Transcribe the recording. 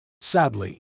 Sadly